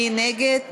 מי נגד?